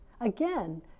Again